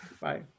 Bye